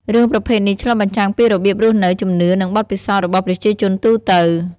រឿងប្រភេទនេះឆ្លុះបញ្ចាំងពីរបៀបរស់នៅ ជំនឿ និងបទពិសោធន៍របស់ប្រជាជនទូទៅ ។